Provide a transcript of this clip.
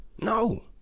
No